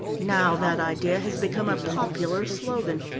now that idea has become a popular slogan.